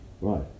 right